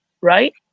Right